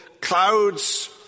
clouds